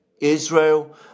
Israel